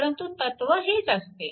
परंतु तत्व हेच असते